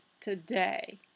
today